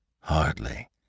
hardly